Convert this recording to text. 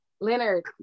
Leonard